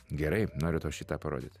gerai noriu to šį tą parodyti